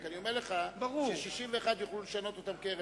אני רק אומר לך ש-61 יוכלו לשנות אותן כהרף עין.